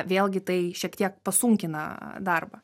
vėlgi tai šiek tiek pasunkina darbą